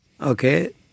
okay